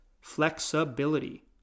Flexibility